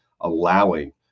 allowing